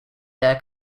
their